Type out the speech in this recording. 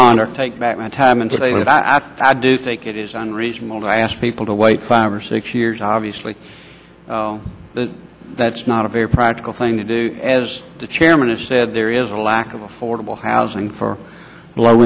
on or take back my time and today i do think it is unreasonable to ask people to wait five or six years obviously that's not a very practical thing to do as the chairman has said there is a lack of affordable housing for low